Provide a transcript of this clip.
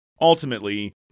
ultimately